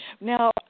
Now